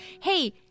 hey